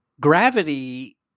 gravity